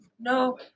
no